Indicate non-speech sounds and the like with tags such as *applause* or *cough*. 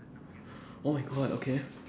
*breath* oh my god okay